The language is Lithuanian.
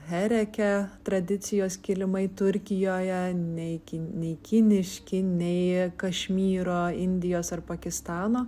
hereke tradicijos kilimai turkijoje nei ki nei kiniški nei kašmyro indijos ar pakistano